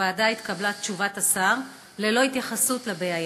בוועדה התקבלה תשובת השר, ללא התייחסות לבעיה.